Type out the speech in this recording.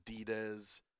Adidas